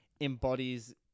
embodies